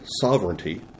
sovereignty